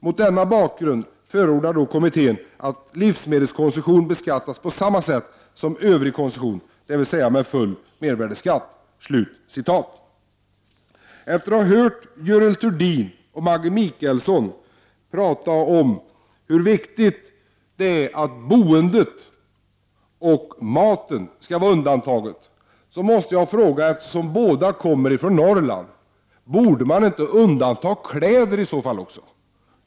Mot denna bakgrund förordar kommittén att livsmedelskonsumtion beskattas på samma sätt som övrig konsumtion, dvs. med full mervärdeskatt.” Efter att ha lyssnat på Görel Thurdin och Maggi Mikaelsson, som talade om hur viktigt det är att boendet och maten undantas från mervärdeskatt, måste jag, eftersom båda kommer från Norrland, ställa en fråga till dem: Borde man inte i så fall undanta även kläder från mervärdeskatt?